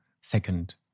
second